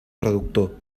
reductor